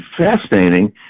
fascinating